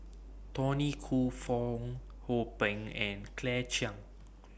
Tony Khoo Fong Hoe Beng and Claire Chiang